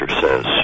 says